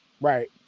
right